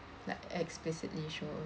like explicitly show